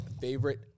favorite